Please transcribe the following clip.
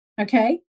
Okay